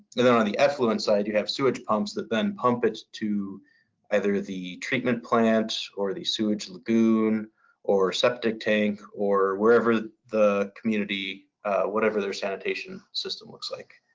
then, on the affluent side, you have sewage pumps that then pump it to either the treatment plant or the sewage lagoon or septic tank or wherever the community whatever their sanitation system looks like.